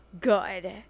good